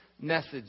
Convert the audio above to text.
message